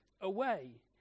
away